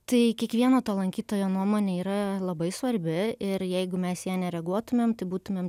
tai kiekvieno to lankytojo nuomonė yra labai svarbi ir jeigu mes į ją nereaguotumėm tai būtumėm